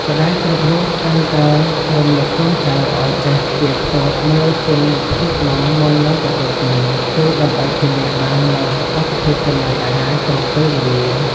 ម្ដាយគ្រប់រូបតែងតែរំលឹកកូនចៅឱ្យចេះផ្ទៀងផ្ទាត់មើលគុណភាពនំមុននឹងទទួលទាន គឺ ដើម្បីធានាបាននូវសុវត្ថិភាពចំណីអាហារគ្រប់ពេលវេលា។